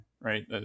right